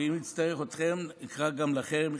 ואם נצטרך אתכם נקרא גם לכם,